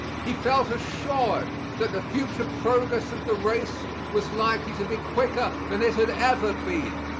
he felt assured that the future progress of the race was likely to be quicker than it had ever been.